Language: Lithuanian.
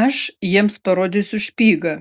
aš jiems parodysiu špygą